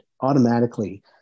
automatically